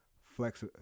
flex